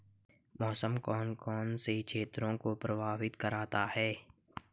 मौसम कौन कौन से क्षेत्रों को प्रभावित करता है?